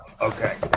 okay